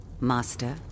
Master